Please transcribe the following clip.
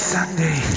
Sunday